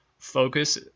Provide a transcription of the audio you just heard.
focus